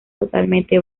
totalmente